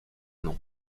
non